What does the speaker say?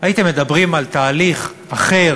הייתם מדברים על תהליך אחר,